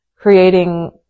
creating